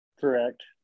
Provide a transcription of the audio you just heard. Correct